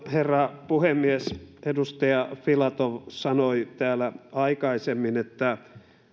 herra puhemies edustaja filatov sanoi täällä aikaisemmin että